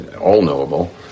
all-knowable